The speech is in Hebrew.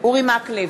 אורי מקלב,